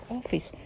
office